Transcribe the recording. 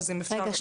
רגע,